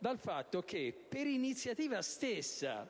dal fatto che, per iniziativa stessa